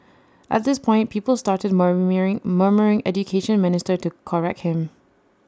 at this point people started murmuring Education Minister to correct him